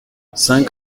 cinq